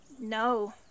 No